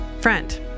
friend